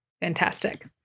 Fantastic